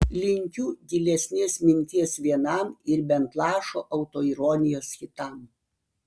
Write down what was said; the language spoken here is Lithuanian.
linkiu gilesnės minties vienam ir bent lašo autoironijos kitam